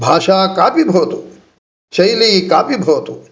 भाषा कापि भवतु शैली कापि भवतु